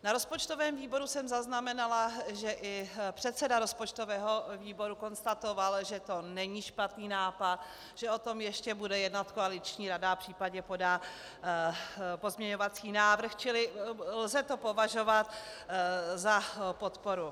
Na rozpočtovém výboru jsem zaznamenala, že i předseda rozpočtového výboru konstatoval, že to není špatný nápad, že o tom ještě bude jednat koaliční rada a případně ještě podá pozměňovací návrh, čili lze to považovat za podporu.